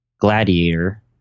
Gladiator